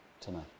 tonight